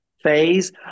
phase